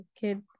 kid